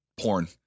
porn